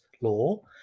law